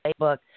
Facebook